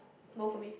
more for me